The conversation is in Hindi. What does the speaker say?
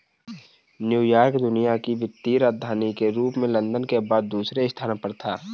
न्यूयॉर्क दुनिया की वित्तीय राजधानी के रूप में लंदन के बाद दूसरे स्थान पर था